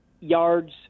yards